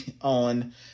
on